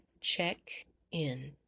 check-in